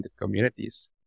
communities